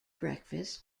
breakfast